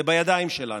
זה בידיים שלנו.